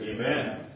Amen